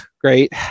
great